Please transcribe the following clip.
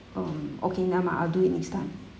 um okay never mind I'll do it next time